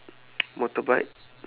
motorbike